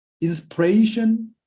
inspiration